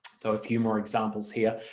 so a few more examples here,